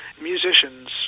musicians